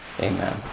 amen